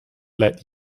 let